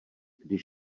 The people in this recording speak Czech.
když